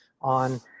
on